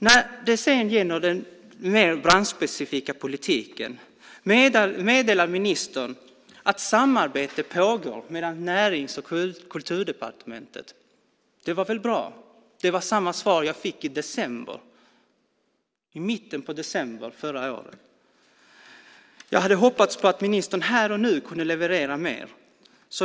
När det gäller den mer branschspecifika politiken meddelar ministern att samarbete pågår mellan Näringsdepartementet och Kulturdepartementet. Det var väl bra. Det var samma svar jag fick i mitten av december förra året. Jag hade hoppats att ministern här och nu kunde leverera mer.